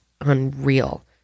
unreal